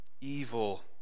Evil